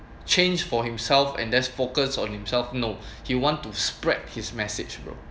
change for himself and just focused on himself no he want to spread his message bro